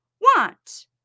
want